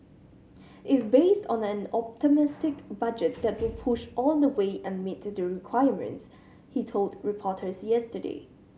is based on an optimistic budget that will push all the way and meet the requirements he told reporters yesterday